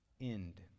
end